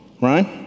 right